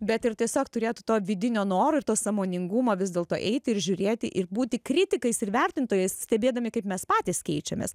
bet ir tiesiog turėtų to vidinio noro ir to sąmoningumo vis dėlto eiti ir žiūrėti ir būti kritikais ir vertintojais stebėdami kaip mes patys keičiamės